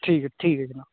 ठीक ऐ ठीक ऐ जनाब